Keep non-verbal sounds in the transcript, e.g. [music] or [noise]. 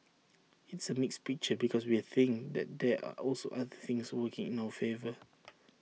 it's A mixed picture because we think that there are also other things working in our favour [noise]